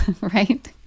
right